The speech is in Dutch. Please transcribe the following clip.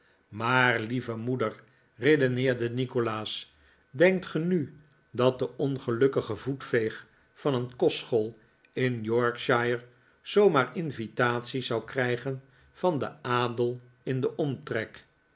maar lieve moeder redeneerde nikolaas denkt ge nu dat de ongelukkige voetveeg van een kostschool in yorkshire zoo maar invitaties zou krijgen van den adel in den omtrek